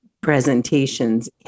presentations